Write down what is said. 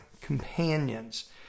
companions